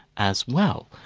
as well.